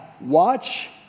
watch